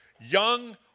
young